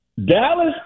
Dallas